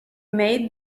made